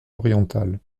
orientale